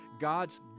God's